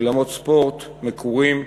אולמות ספורט מקורים,